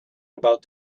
about